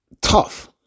tough